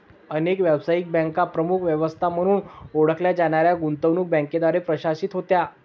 अनेक व्यावसायिक बँका प्रमुख व्यवस्था म्हणून ओळखल्या जाणाऱ्या गुंतवणूक बँकांद्वारे प्रशासित होत्या